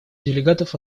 делегатов